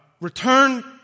return